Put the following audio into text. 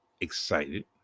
excited